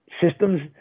systems